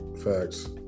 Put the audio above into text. Facts